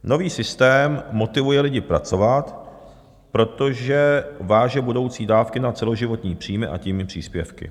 Nový systém motivuje lidi pracovat, protože váže budoucí dávky na celoživotní příjmy, a tím i příspěvky.